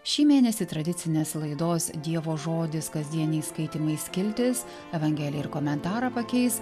šį mėnesį tradicinės laidos dievo žodis kasdieniai skaitymai skiltis evangeliją ir komentarą pakeis